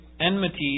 enmities